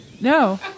No